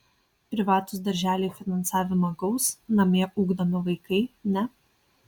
privatūs darželiai finansavimą gaus namie ugdomi vaikai ne